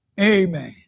Amen